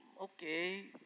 okay